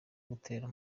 gutera